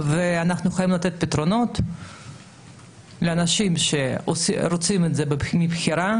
אנחנו חייבים לתת פתרונות לאנשים שרוצים את זה מבחירה,